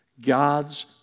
God's